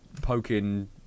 poking